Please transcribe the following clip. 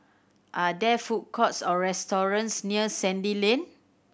are there food courts or restaurants near Sandy Lane